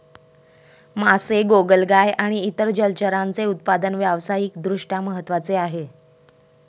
मासे, गोगलगाय आणि इतर जलचरांचे उत्पादन व्यावसायिक दृष्ट्या महत्त्वाचे आहे